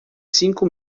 cinco